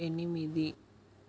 ఎనిమిది